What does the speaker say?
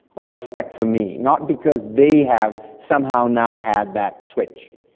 or respect for me, not because they have somehow now had that switch.